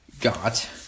got